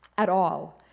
at all.